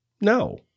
No